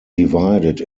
divided